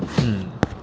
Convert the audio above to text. mm